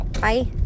Bye